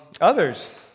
Others